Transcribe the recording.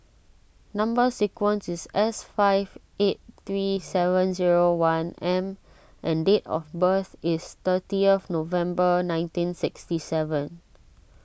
Number Sequence is S six five eight three seven zero one M and date of birth is thirtieth November nineteen sixty seven